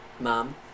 Mom